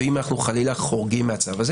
ואם אנחנו חלילה חורגים מהצו הזה,